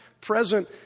present